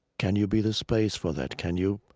can you be the space for that? can you